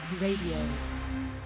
Radio